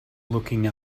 looking